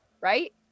Right